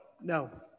No